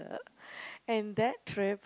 and that trip